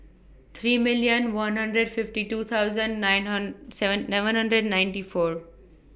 three million one hundred fifty two thousand nine seven hundred and ninety four